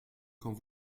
quand